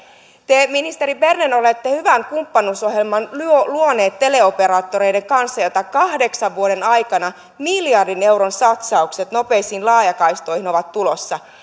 te ministeri berner olette hyvän kumppanuusohjelman luoneet teleoperaattoreiden kanssa että kahdeksan vuoden aikana miljardin euron satsaukset nopeisiin laajakaistoihin ovat tulossa